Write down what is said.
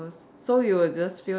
so you will just feel that